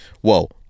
whoa